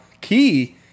key